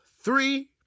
three